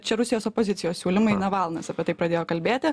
čia rusijos opozicijos siūlymai navalnas apie tai pradėjo kalbėti